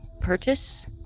Purchase